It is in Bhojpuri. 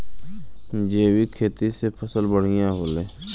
जैविक खेती से फसल बढ़िया होले